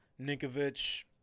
Ninkovich